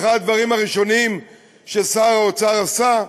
אחד הדברים הראשונים ששר האוצר עשה,